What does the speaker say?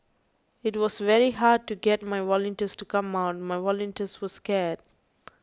it was very hard to get my volunteers to come out my volunteers were scared